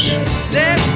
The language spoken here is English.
Set